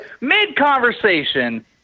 mid-conversation